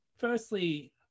firstly